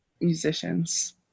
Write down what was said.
musicians